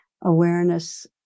awareness